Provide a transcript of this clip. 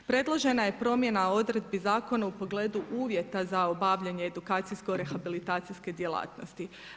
Predložena je promjena odredbi zakona u pogledu uvjeta za obavljanje edukacijsko rehabilitacijske djelatnosti.